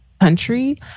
country